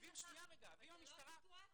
אבל זו לא הסיטואציה.